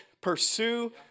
Pursue